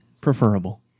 preferable